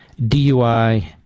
DUI